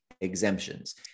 exemptions